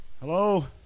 Hello